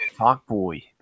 Talkboy